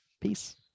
Peace